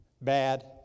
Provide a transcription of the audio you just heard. Bad